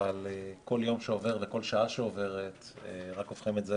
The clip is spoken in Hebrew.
אבל כל יום שעובר וכל שעה שעוברת רק הופכים את זה